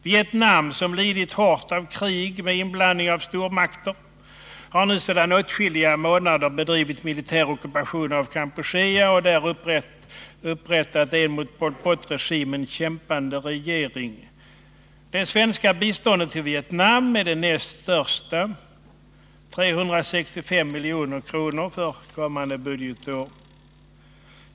Vietnam, som lidit hårt av krig med inblandning av stormakter, bedriver nu sedan åtskilliga månader militär ockupation av Kampuchea och har där upprättat en mot Pol Pot-regimen kämpande regering. Det svenska biståndet till Vietnam är det näst största — 365 milj.kr. för kommande budgetår.